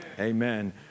Amen